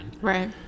Right